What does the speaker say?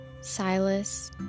Silas